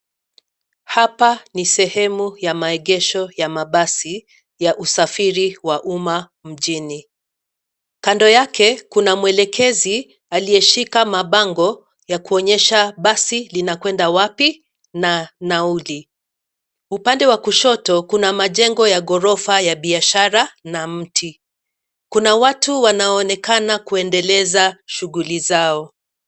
Hapa ni sehemu ya maegesho ya mabasi ya usafiri wa umma mjini, kando yake kuna mwelekezi aliyeshika mabango ya kuonyesha basi linakwenda wapi na nauli. Upande wa kushoto kuna majengo ya ghorofa ya biashara na mti. Kuna watu wanaonekana kuendeleza shughuli zao.